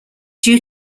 due